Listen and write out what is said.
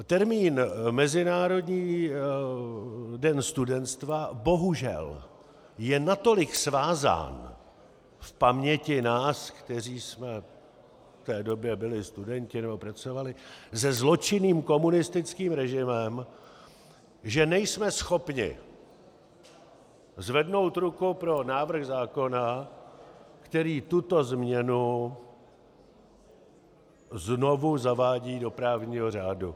Termín Mezinárodní den studentstva bohužel je natolik svázán v paměti nás, kteří jsme v té době byli studenti nebo pracovali, se zločinným komunistickým režimem, že nejsme schopni zvednout ruku pro návrh zákona, který tuto změnu znovu zavádí do právního řádu.